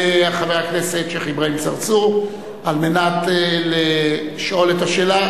יעלה חבר הכנסת שיח' אברהים צרצור על מנת לשאול את השאלה,